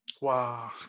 wow